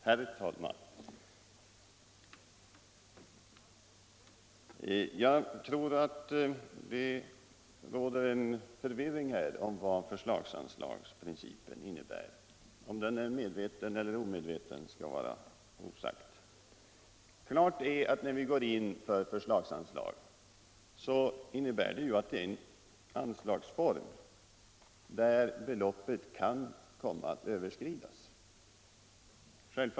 Herr talman! Jag tycker att det råder förvirring om vad förslagsanslagsprincipen innebär. Om förvirringen är medveten eller omedveten skall jag låta vara osagt. Klart är att när vi går in för förslagsanslag väljer vi en anslagsform där beloppet kan komma att överskridas.